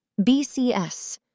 BCS